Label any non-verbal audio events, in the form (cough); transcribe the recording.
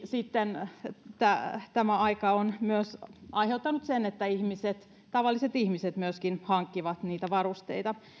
(unintelligible) sitten tämä aika on myös aiheuttanut sen että myöskin tavalliset ihmiset hankkivat niitä varusteita